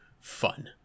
fun